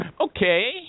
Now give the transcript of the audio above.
Okay